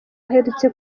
aherutse